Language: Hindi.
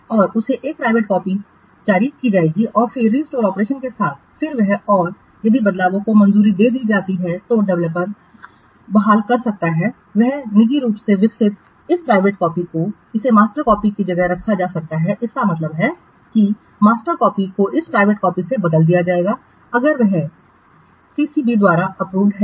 और उसे एक प्राइवेट कॉपी जारी की जाएगी और फिर रिस्टोर ऑपरेशन के साथ फिर वह और यदि बदलावों को मंजूरी दे दी जाती है तो डेवलपर बहाल कर सकता है इन निजी रूप से विकसित इस प्राइवेट कॉपी को इसे मास्टर्स कॉपी जगह में रखा जा सकता है इसका मतलब है कि मास्टर कॉपी को इस प्राइवेट कॉपी से बदल दिया जाएगा अगर वह सीसीबी द्वारा अप्रूव्ड है